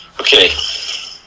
Okay